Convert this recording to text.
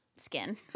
skin